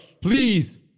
Please